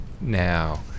now